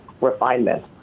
refinement